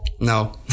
No